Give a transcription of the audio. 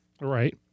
Right